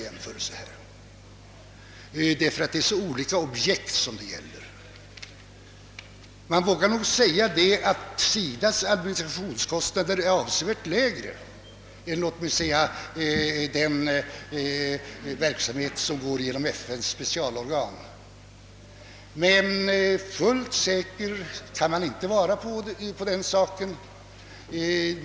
Emellertid vågar man nog säga att SIDA:s administrationskostnader är avsevärt lägre än för den verksamhet som går genom FN:s organ. Men fullt säker kan man inte vara.